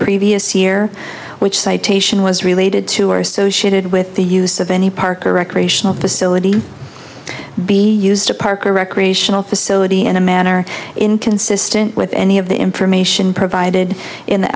previous year which citation was related to or associated with the use of any park or recreational facility be used to park or recreational facility in a manner inconsistent with any of the information provided in the